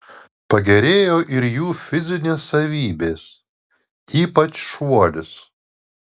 pagerėjo ir jų fizinės savybės ypač šuolis